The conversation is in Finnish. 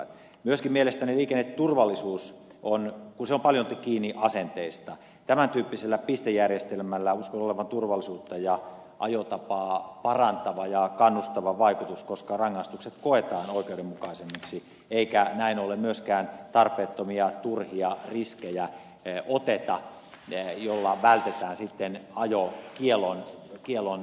myöskin kun mielestäni liikenneturvallisuus on paljolti kiinni asenteista tämän tyyppisellä pistejärjestelmällä uskon olevan turvallisuutta ja ajotapaa parantava ja kannustava vaikutus koska rangaistukset koetaan oikeudenmukaisemmiksi eikä näin ollen myöskään tarpeettomia turhia riskejä oteta jolloin vältetään sitten ajokiellon tuleminen